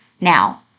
now